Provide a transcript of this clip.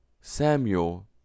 Samuel